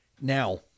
Now